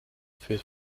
führt